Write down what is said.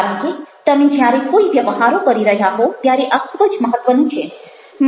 કારણ કે તમે જ્યારે કોઈ વ્યવહારો કરી રહ્યા હો ત્યારે આ ખૂબ જ મહત્ત્વનું છે